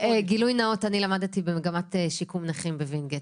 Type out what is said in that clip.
גילוי נאות למדתי במגמת שיקום נכים בווינגייט.